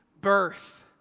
birth